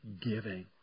giving